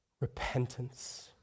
repentance